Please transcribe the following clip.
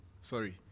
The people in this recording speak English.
sorry